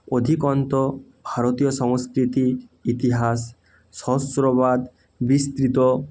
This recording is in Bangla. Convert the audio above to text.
অধিকন্তু ভারতীয় সংস্কৃতির ইতিহাস সহস্রবাদ বিস্তৃত